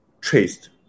traced